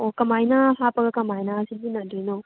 ꯑꯣ ꯀꯃꯥꯏꯅ ꯍꯥꯞꯄꯒ ꯀꯃꯥꯏꯅ ꯁꯤꯖꯤꯟꯅꯗꯣꯏꯅꯣ